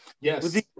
Yes